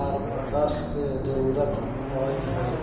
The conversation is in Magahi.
आर प्रकाश के जरूरत पड़ई हई